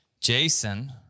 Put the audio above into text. Jason